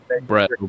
Brett